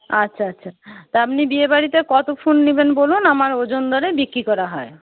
আচ্ছা আচ্ছা তা আপনি বিয়ে বাড়িতে কত ফুল নেবেন বলুন আমার ওজন দরে বিক্রি করা হয়